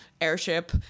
airship